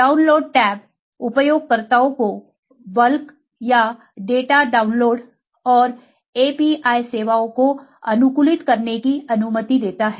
download tab उपयोगकर्ताओं को bulk या डाटा डाउनलोड और API सेवाओं को अनुकूलित करने की अनुमति देता है